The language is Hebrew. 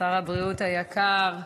שר הבריאות היקר,